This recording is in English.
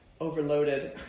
overloaded